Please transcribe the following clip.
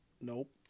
Nope